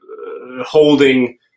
holding